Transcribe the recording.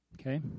Okay